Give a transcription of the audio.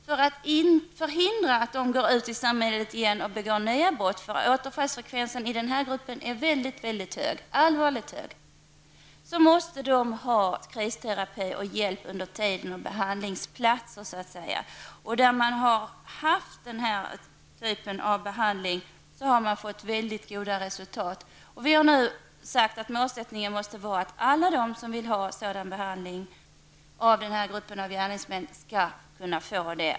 För att förhindra att dessa går ut i samhället och begår nya brott -- återfallsfrekvensen i denna grupp är väldigt hög -- måste de få kristerapi och få behandlingsplatser. Där man har haft den här typen av behandling har man faktiskt redovisat goda resultat. Vi har nu sagt att målsättningen måste vara att alla de som vill ha sådan behandling av den här gruppen gärningsmän skall kunna få det.